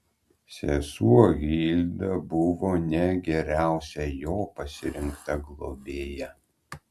sesuo hilda buvo ne geriausia jo pasirinkta globėja